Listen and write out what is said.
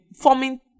forming